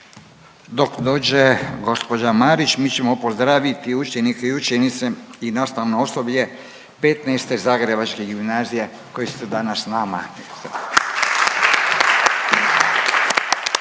Dok dođe gđa. Marić mi ćemo pozdraviti učenike i učenice i nastavno osoblje XV. Zagrebačke gimnazije koje ste danas s nama…/Pljesak.